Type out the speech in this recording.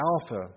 Alpha